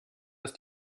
ist